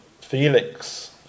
Felix